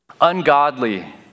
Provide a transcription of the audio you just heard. ungodly